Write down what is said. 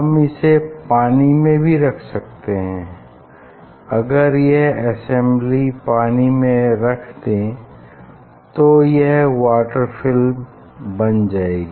हम इसे पानी में भी रख सकते हैं अगर यह असेंबली पानी में रख दें तो यह वॉटर फिल्म बन जाएगी